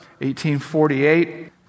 1848